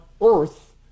earth